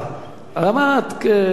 אני מבינה מצוין.